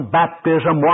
baptism